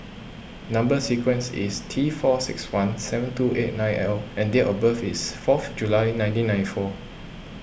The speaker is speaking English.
Number Sequence is T four six one seven two eight nine L and date of birth is fourth July nineteen ninety four